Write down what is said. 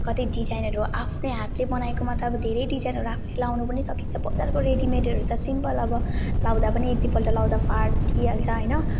कति डिजाइनहरू आफ्नै हातले बनाएकोमा त अब धेरै डिजाइनहरू आफूले लगाउनु पनि सकिन्छ बजारको रेडिमेडहरू त सिम्पल अब लगाउँदा पनि एक दुईपल्ट लगाउँदा फाटिहाल्छ होइन